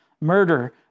murder